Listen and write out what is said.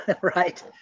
right